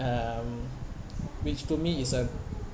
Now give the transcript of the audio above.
um which to me is a